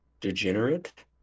Degenerate